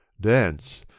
dance